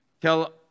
Tell